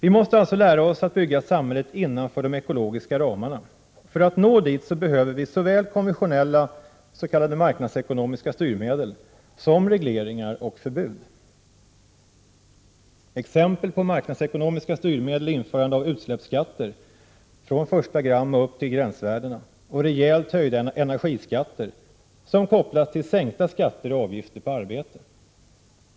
Vi måste alltså lära oss att bygga samhället innanför de ekologiska ramarna. För att nå dit behöver vi använda såväl konventionella s.k. marknadsekonomiska styrmedel som regleringar och förbud. Exempel på marknadsekonomiska styrmedel är införande av utsläppsskatter från första gram och upp till gränsvärdena och rejält höjda energiskatter, som kopplas till sänkta skatter och avgifter på arbete.